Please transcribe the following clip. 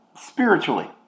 spiritually